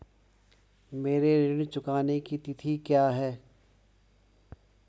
मेरे ऋण चुकाने की तिथि क्या है?